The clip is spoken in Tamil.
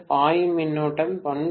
பாயும் மின்னோட்டம் 1 p